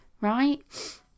right